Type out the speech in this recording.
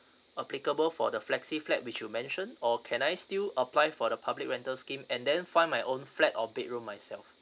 applicable for the flexi flat which you mentioned or can I still apply for the public rental scheme and then find my own flat or bedroom myself